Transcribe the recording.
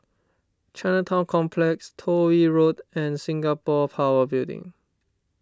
Chinatown Complex Toh Yi Road and Singapore Power Building